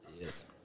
Yes